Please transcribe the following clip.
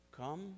Come